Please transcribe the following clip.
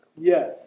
Yes